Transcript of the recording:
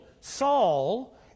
Saul